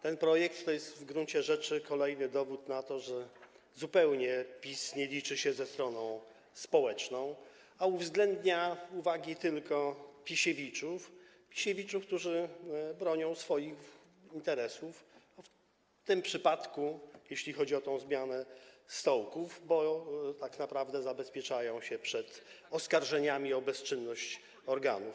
Ten projekt to jest w gruncie rzeczy kolejny dowód na to, że PiS zupełnie nie liczy się ze stroną społeczną, a uwzględnia tylko uwagi Pisiewiczów, którzy bronią swoich interesów, w tym przypadku chodzi o zmianę stołków, bo tak naprawdę zabezpieczają się przed oskarżeniami o bezczynność organów.